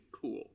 cool